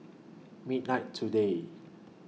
midnight today